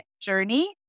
journey